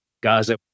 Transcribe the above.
Gaza